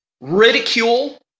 ridicule